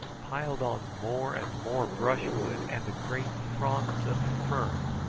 piled on more and more brushwood and the great fronds of fern,